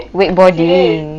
wake boarding